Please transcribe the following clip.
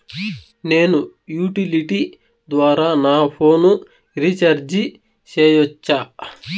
నేను యుటిలిటీ ద్వారా నా ఫోను రీచార్జి సేయొచ్చా?